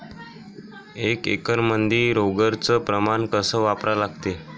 एक एकरमंदी रोगर च प्रमान कस वापरा लागते?